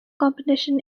competition